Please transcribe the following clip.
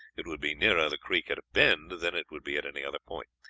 it would be nearer the creek at a bend than it would be at any other point.